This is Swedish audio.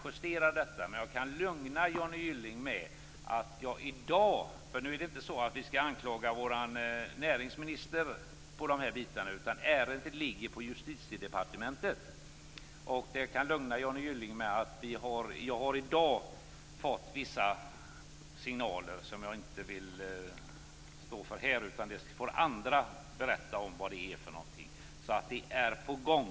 Jag kan väl lugna Johnny Gylling med att säga - vi skall inte anklaga vår näringsminister vad gäller de här bitarna - att ärendet ligger hos Justitiedepartementet och att jag i dag har fått vissa signaler som jag dock inte vill stå för här. Andra får berätta vad det är fråga om. Det är således saker på gång.